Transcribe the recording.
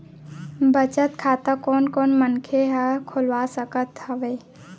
बचत खाता कोन कोन मनखे ह खोलवा सकत हवे?